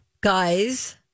Guys